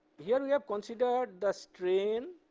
here we have considered the strain